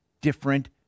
different